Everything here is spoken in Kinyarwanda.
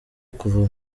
kuva